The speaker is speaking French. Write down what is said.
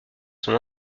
son